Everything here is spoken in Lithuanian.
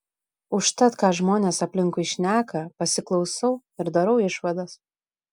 užtat ką žmonės aplinkui šneka pasiklausau ir darau išvadas